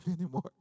anymore